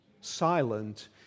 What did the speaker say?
silent